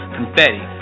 Confetti